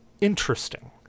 interesting